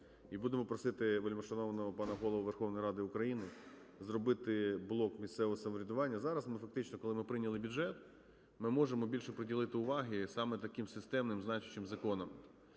І будемо просити вельмишановного пана Голову Верховної Ради України зробити блок місцевого самоврядування. Зараз ми фактично, коли ми прийняли бюджет, ми можемо більше приділити уваги саме таким системним значущим законам,